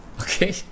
okay